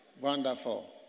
Wonderful